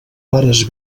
pares